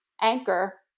anchor